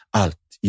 allt